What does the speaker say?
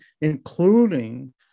including